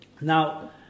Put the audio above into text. Now